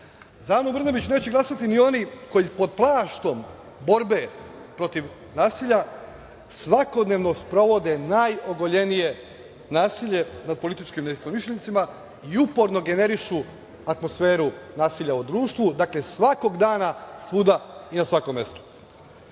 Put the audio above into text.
Anu Brnabić neće glasati ni oni koji pod plaštom borbe protiv nasilja svakodnevno sprovode najogoljenije nasilje nad političkim neistomišljenicima i uporno generišu atmosferu nasilja u društvu. Dakle, svakog dana, svuda i na svakom mestu.Za